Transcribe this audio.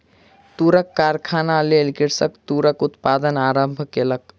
तूरक कारखानाक लेल कृषक तूरक उत्पादन आरम्भ केलक